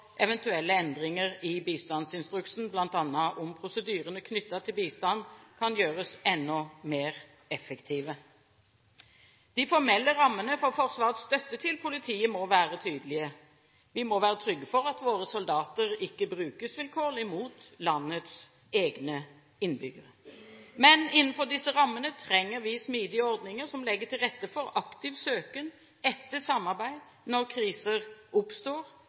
eventuelle endringer i bistandsinstruksen, bl.a. om prosedyrene knyttet til bistand kan gjøres enda mer effektive. De formelle rammene for Forsvarets støtte til politiet må være tydelige. Vi må være trygge for at våre soldater ikke brukes vilkårlig mot landets egne innbyggere. Men innenfor disse rammene trenger vi smidige ordninger som legger til rette for aktiv søken etter samarbeid når kriser oppstår,